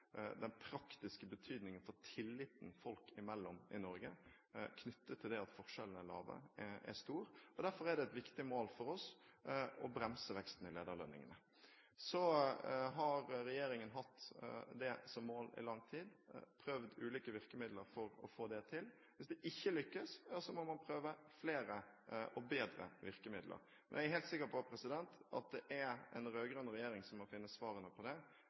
Den praktiske betydningen for tilliten folk imellom i Norge, knyttet til det at forskjellene er små, er stor. Derfor er det et viktig mål for oss å bremse veksten i lederlønningene. Regjeringen har hatt dette som mål i lang tid, og har prøvd ulike virkemidler for å få det til. Hvis det ikke lykkes, må man prøve flere og bedre virkemidler. Jeg er helt sikker på at det er en rød-grønn regjering som må finne svarene på det.